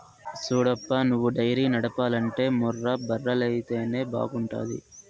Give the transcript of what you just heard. సూడప్పా నువ్వు డైరీ నడపాలంటే ముర్రా బర్రెలైతేనే బాగుంటాది